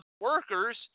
workers